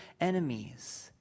enemies